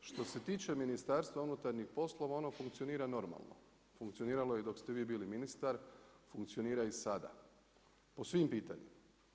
Što se tiče Ministarstva unutarnjih poslova ono funkcionira normalno, funkcioniralo je i dok ste vi bili ministar, funkcionira i sada po svim pitanjima.